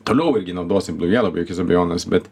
toliau irgi naudosim blu jelau be jokios abejonės bet